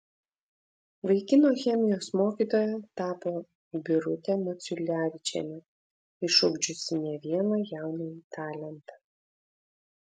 vaikino chemijos mokytoja tapo birutė maciulevičienė išugdžiusi ne vieną jaunąjį talentą